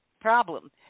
problem